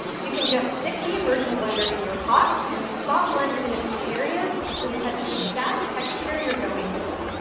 you can just stick the immersion blender in your pot and spot blend in a few areas until you have the exact texture you're going for.